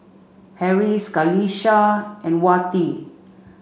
Harris Qalisha and Wati